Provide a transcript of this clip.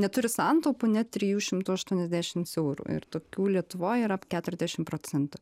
neturi santaupų net trijų šimtų aštuoniasdešimts eurų ir tokių lietuvoj yra keturiasdešim procentų